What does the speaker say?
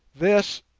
this,